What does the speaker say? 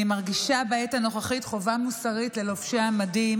אני מרגישה בעת הנוכחית חובה מוסרית ללובשי המדים